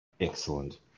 Excellent